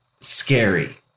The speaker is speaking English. scary